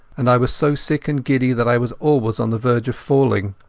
and i was so sick and giddy that i was always on the verge of falling.